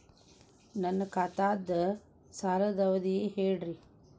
ನನ್ನ ಖಾತಾದ್ದ ಸಾಲದ್ ಅವಧಿ ಹೇಳ್ರಿ